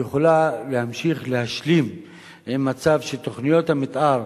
יכולה להמשיך להשלים עם מצב שתוכניות המיתאר